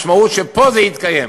המשמעות היא שפה זה יתקיים.